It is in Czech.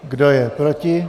Kdo je proti?